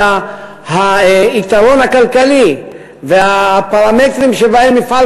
כי היתרון הכלכלי והפרמטרים שבהם מפעל